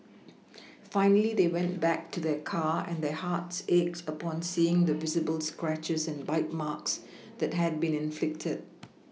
finally they went back to their car and their hearts ached upon seeing the visible scratches and bite marks that had been inflicted